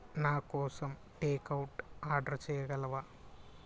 నా కోసం takeout order చేయగలవా